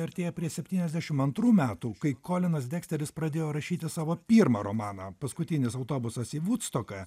artėja prie septyniasdešim antrų metų kai kolinas deksteris pradėjo rašyti savo pirmą romaną paskutinis autobusas į vudstoką